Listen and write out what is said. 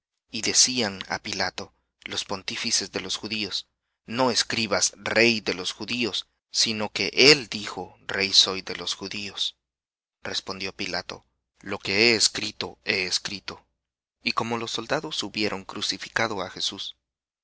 y decían á pilato los pontífices de los judíos no escribas rey de los judíos sino que él dijo rey soy de los judíos respondió pilato lo que he escrito he escrito y como los soldados hubieron crucificado á jesús